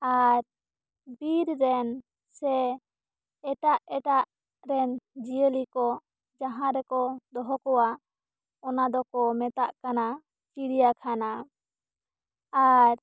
ᱟᱨ ᱵᱤᱨ ᱨᱮᱱ ᱥᱮ ᱮᱴᱟᱜ ᱮᱴᱟᱜ ᱨᱮᱱ ᱡᱤᱭᱟᱹᱞᱤ ᱠᱚ ᱢᱟᱦᱟᱸ ᱨᱮᱠᱚ ᱫᱚᱦᱚ ᱠᱚᱣᱟ ᱚᱱᱟ ᱫᱚ ᱠᱚ ᱢᱮᱛᱟᱜ ᱠᱟᱱᱟ ᱪᱤᱲᱤᱭᱟᱹ ᱠᱷᱟᱱᱟ ᱟᱨ